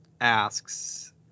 asks